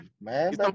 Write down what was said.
man